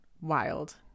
wild